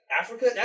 Africa